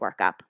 workup